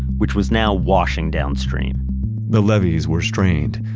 which was now washing downstream the levies were strained,